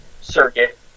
circuit